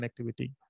connectivity